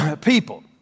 people